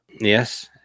Yes